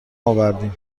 آوردیم